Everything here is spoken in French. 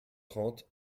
trente